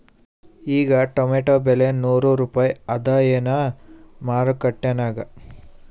ಈಗಾ ಟೊಮೇಟೊ ಬೆಲೆ ನೂರು ರೂಪಾಯಿ ಅದಾಯೇನ ಮಾರಕೆಟನ್ಯಾಗ?